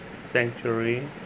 sanctuary